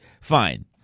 fine